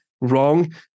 wrong